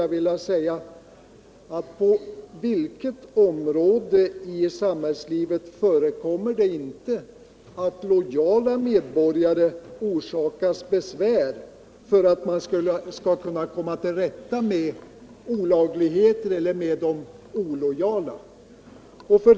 Då skulle jag vilja fråga: På vilket område i samhällslivet förekommer det inte att lojala medborgare förorsakas besvär på grund av att samhället vill komma till rätta med olagligheter eller med olojala människor?